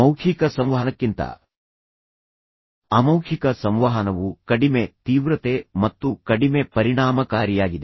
ಮೌಖಿಕ ಸಂವಹನಕ್ಕಿಂತ ಅಮೌಖಿಕ ಸಂವಹನವು ಕಡಿಮೆ ತೀವ್ರತೆ ಮತ್ತು ಕಡಿಮೆ ಪರಿಣಾಮಕಾರಿಯಾಗಿದೆ